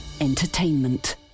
Entertainment